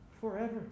forever